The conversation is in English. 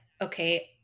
okay